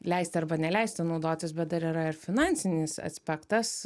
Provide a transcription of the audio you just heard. leisti arba neleisti naudotis bet dar yra ir finansinis aspektas